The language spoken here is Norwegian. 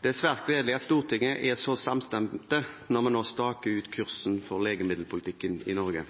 Det er svært gledelig at Stortinget er så samstemte når vi nå staker ut kursen for legemiddelpolitikken i Norge.